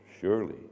surely